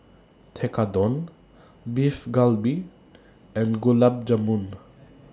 Tekkadon Beef Galbi and Gulab Jamun